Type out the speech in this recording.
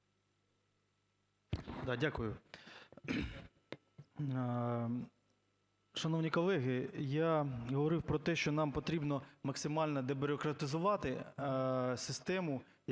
дякую. Шановні колеги, я говорив про те, що нам потрібно максимально дебюрократизувати систему, яку автори